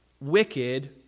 wicked